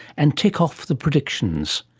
and tick off the predictions.